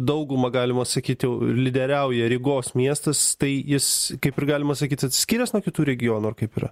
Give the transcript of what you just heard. dauguma galima sakyt jau lyderiauja rygos miestas tai jis kaip ir galima sakyt atsiskyręs nuo kitų regionų ar kaip yra